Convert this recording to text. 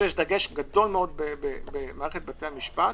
שיש דגש גדול מאוד במערכת בתי המשפט